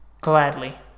Gladly